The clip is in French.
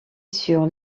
sur